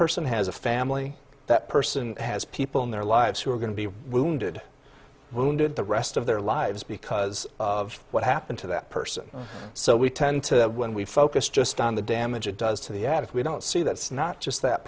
person has a family that person has people in their lives who are going to be wounded wounded the rest of their lives because of what happened to that person so we tend to that when we focus just on the damage it does to the ad if we don't see that's not just that